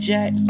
Jack